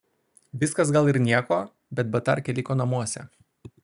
viskas gal ir nieko bet batarkė liko namuose